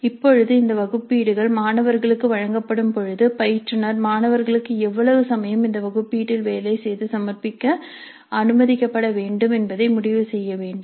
இப்பொழுது இந்த வகுப்பீடுகள் மாணவர்களுக்கு வழங்கப்படும் பொழுது பயிற்றுநர் மாணவர்களுக்கு எவ்வளவு சமயம் இந்த வகுப்பீட்டில் வேலை செய்து சமர்ப்பிக்க அனுமதிக்கப்பட வேண்டும் என்பதை முடிவு செய்ய வேண்டும்